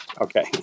Okay